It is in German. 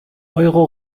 euro